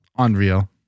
Unreal